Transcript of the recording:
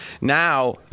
Now